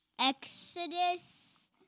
Exodus